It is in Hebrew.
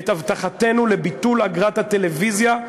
את הבטחתנו לביטול אגרת הטלוויזיה,